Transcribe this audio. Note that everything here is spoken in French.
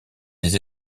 des